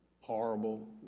horrible